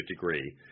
degree